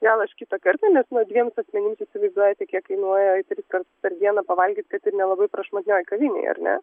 gal aš kitą kartą nes nu dviems asmenims įsivaizduojate kiek kainuoja triskart per dieną pavalgyt kad ir nelabai prašmatnioj kavinėj ar ne